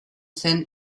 zen